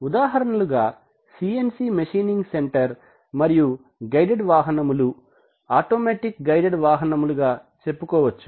ఉదాహరణలుగా CNC machining centre మరియు guided వాహనాలు automatic guided వాహనాలు చెప్పుకోవచ్చు